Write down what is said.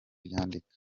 ryandika